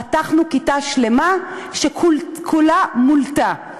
פתחנו כיתה שלמה שכולה מולאה.